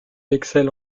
excelle